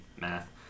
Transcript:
math